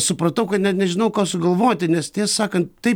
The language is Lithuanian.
supratau kad net nežinau ką sugalvoti nes tiesą sakant taip